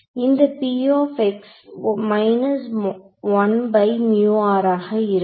இந்த ஆக இருக்கும்